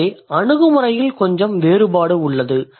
எனவே அணுகுமுறையில் கொஞ்சம் வேறுபாடு உள்ளது